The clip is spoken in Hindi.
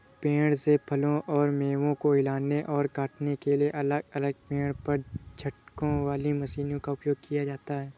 पेड़ से फलों और मेवों को हिलाने और काटने के लिए अलग अलग पेड़ पर झटकों वाली मशीनों का उपयोग किया जाता है